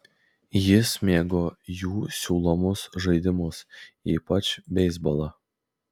jis mėgo jų siūlomus žaidimus ypač beisbolą